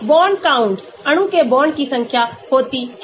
bond counts अणु के bond की संख्या होती है